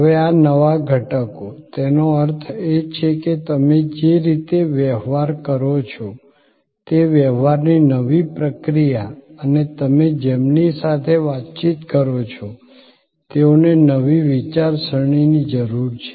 હવે આ નવા ઘટકો તેનો અર્થ એ છે કે તમે જે રીતે વ્યવહાર કરો છો તે વ્યવહારની નવી પ્રક્રિયા અને તમે જેમની સાથે વાતચીત કરો છો તેઓને નવી વિચારસરણીની જરૂર છે